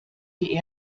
die